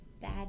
Bad